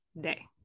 day